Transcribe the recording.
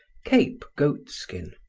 cape goat skin,